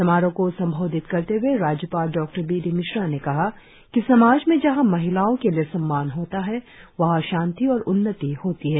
समारोह को संबोधित करते हुए राज्यपाल ने कहा कि समाज में जहाँ महिलाओं के लिए सम्मान होता है वहाँ शांति और उन्नति होती है